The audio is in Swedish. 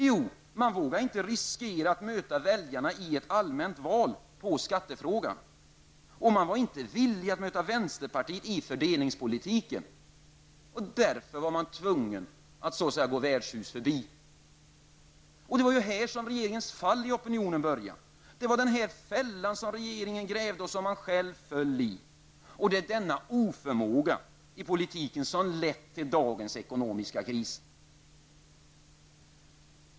Jo, man vågade inte riskera att möta väljarna i ett allmänt val på skattefrågan, och man var inte villig att möta vänsterpartiet i fördelningspolitiken. Därför var man tvungen att så att säga gå värdshus förbi. Det var här som regeringens fall i opinionen började. Det var denna fälla som regeringen grävde och som man själv föll i. Det är denna oförmåga i politiken som har lett till dagens ekonomiska kris.